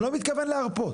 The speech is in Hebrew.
אני לא מתכוון להרפות.